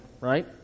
right